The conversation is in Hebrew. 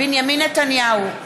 בנימין נתניהו,